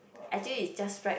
actually is just right